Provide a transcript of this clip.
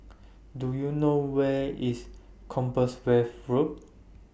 Do YOU know Where IS Compassvale Road